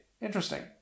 Interesting